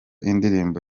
indirimbo